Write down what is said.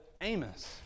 Amos